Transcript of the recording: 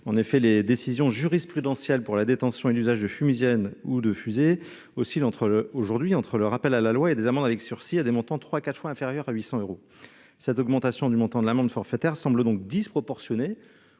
En effet, les décisions jurisprudentielles pour la détention et l'usage de fumigènes ou de fusées oscillent aujourd'hui entre le rappel à la loi et des amendes avec sursis aux montants trois à quatre fois inférieurs à 800 euros. L'augmentation proposée du montant de l'amende forfaitaire, qui serait fixée